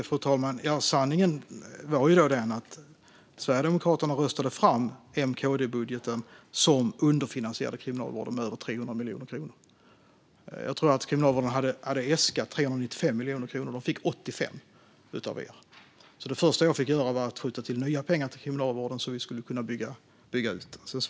Fru talman! Sanningen är den att Sverigedemokraterna röstade fram M-KD-budgeten, som underfinansierade Kriminalvården med över 300 miljoner kronor. Jag tror att Kriminalvården hade äskat 395 miljoner kronor, men de fick 85 av er, Katja Nyberg. Det första jag fick göra var att skjuta till nya pengar till Kriminalvården så att vi skulle kunna bygga ut den.